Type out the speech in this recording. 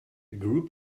group